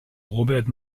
robert